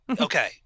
Okay